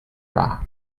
bra